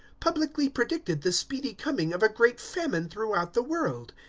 publicly predicted the speedy coming of a great famine throughout the world.